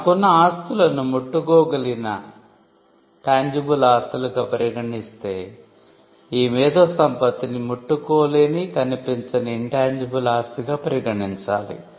మనకున్న ఆస్తులను ముట్టుకోగలిగిన ఆస్తిగా పరిగణించాలి